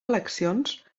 eleccions